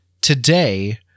today